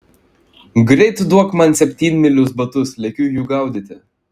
greit duok man septynmylius batus lekiu jų gaudyti